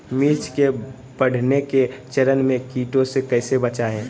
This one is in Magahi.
मिर्च के बढ़ने के चरण में कीटों से कैसे बचये?